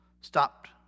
stopped